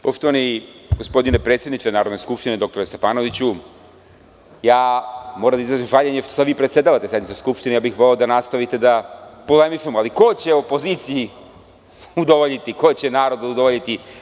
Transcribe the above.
Poštovani gospodine predsedniče Narodne skupštine, doktore Stefanoviću, moram da izrazim žaljenje što sada vi predsedavate sednicu Skupštine, voleo bih da nastavite da polemišemo, ali ko će opoziciji udovoljiti, ko će narodu udovoljiti.